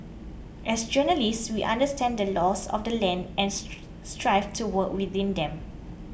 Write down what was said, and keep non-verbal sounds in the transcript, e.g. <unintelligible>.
as journalists we understand the laws of the land and <unintelligible> strive to work within them